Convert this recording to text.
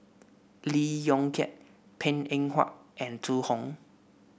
Lee Yong Kiat Png Eng Huat and Zhu Hong